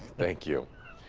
thank you.